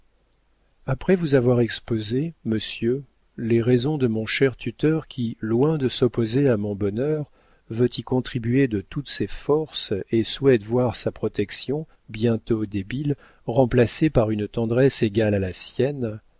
après vous avoir exposé monsieur les raisons de mon cher tuteur qui loin de s'opposer à mon bonheur veut y contribuer de toutes ses forces et souhaite voir sa protection bientôt débile remplacée par une tendresse égale à la sienne